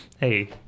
Hey